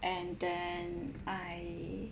and then I